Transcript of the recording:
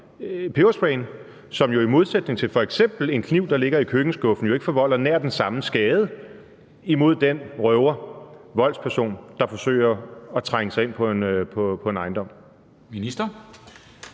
pebersprayen, som jo i forhold til f.eks. en kniv, der ligger i køkkenskuffen, ikke forvolder nær den samme skade imod den røver, den voldsperson, der forsøger at trænge ind på en ejendom?